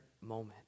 moment